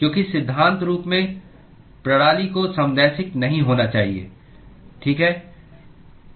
क्योंकि सिद्धांत रूप में प्रणाली को समदैशिक नहीं होना चाहिए ठीक है